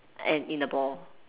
and in the ball